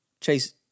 Chase